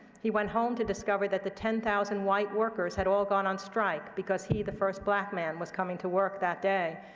he went home to discover that the ten thousand white workers had all gone on strike because he, the first black man, was coming to work that day.